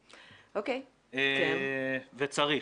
הזה, וצריך,